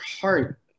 heart